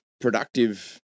productive